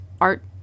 art